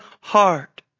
heart